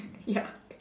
ya